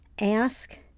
ask